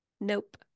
Nope